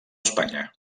espanya